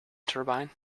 turbine